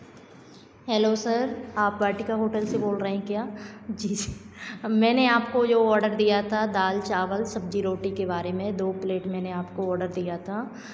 hello sir आप Vatika hotel से बोल रहें क्या जी मैंने आपको जो ऑर्डर दिया था दाल चावल सब्जी रोटी के बारे में दो प्लेट मैंने आपको ऑर्डर दिया था